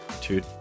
Two